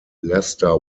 lester